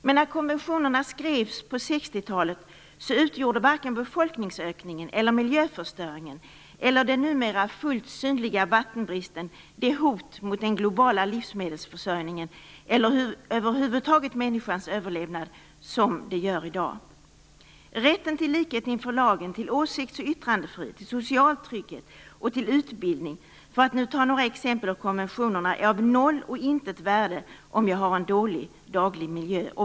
Men när konventionerna skrevs på 60-talet utgjorde varken befolkningsökningen, miljöförstöringen eller den numera fullt synliga vattenbristen det hot mot den globala livsmedelsförsörjningen eller människans överlevnad över huvud taget som det gör i dag. Rätten till likhet inför lagen, till åsikts och yttrandefrihet, till social trygghet och till utbildning, för att ta några exempel ur konventionerna, är av noll och intet värde om jag har en dålig daglig miljö.